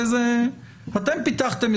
את זה אתם פיתחתם,